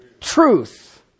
truth